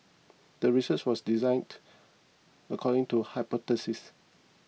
the research was designed according to a hypothesis